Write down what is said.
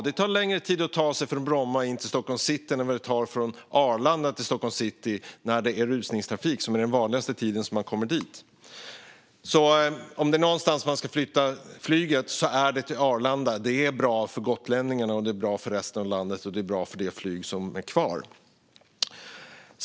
Det tar längre tid att ta sig från Bromma in till Stockholms city än det tar från Arlanda till Stockholms city när det är rusningstrafik, vilket är den vanligaste tiden att komma dit. Om det är någonstans man ska flytta flyget är det alltså till Arlanda. Det är bra för gotlänningarna och för resten av landet, och det är bra för det flyg som är kvar.